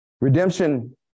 Redemption